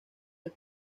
les